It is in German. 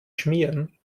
schmieren